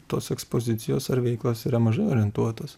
tos ekspozicijos ar veiklos yra mažai orientuotos